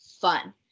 fun